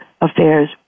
affairs